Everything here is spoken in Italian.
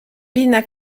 pinna